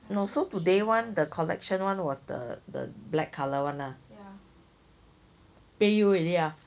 no so today [one] the collection [one] was the the black color [one] ah pay you already ah